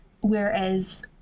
whereas